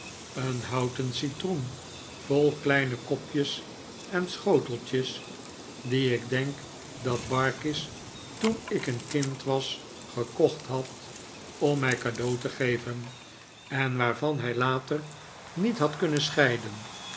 een houten citroen vol kleine kopjes en schoteltjes dien ik denk dat barkis toen ik een kind was gekocht had om mij cadeau te geven en waarvan hij later niet had kunnen scheiden